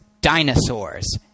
dinosaurs